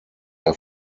der